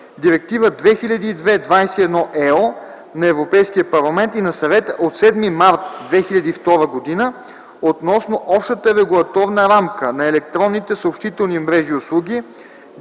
Директива 2002/21/ЕО на Европейския парламент и на Съвета от 7 март 2002 г. относно общата регулаторна рамка за електронните съобщителни мрежи и услуги,